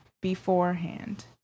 beforehand